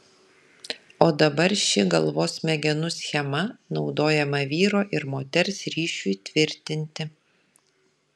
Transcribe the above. o dabar ši galvos smegenų schema naudojama vyro ir moters ryšiui tvirtinti